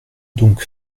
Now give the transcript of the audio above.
donc